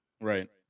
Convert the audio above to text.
right